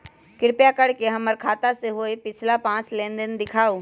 कृपा कर के हमर खाता से होयल पिछला पांच लेनदेन दिखाउ